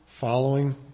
following